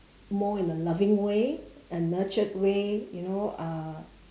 more in a loving way a nurtured way you know uh